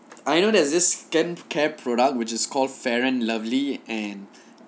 I know there's this skin care product which is called fair and lovely and